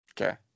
Okay